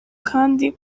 kandi